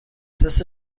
تست